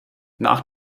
nach